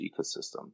ecosystem